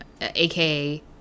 aka